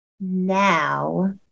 now